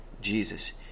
Jesus